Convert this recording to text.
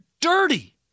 dirty